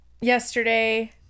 Yesterday